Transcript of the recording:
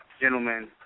gentlemen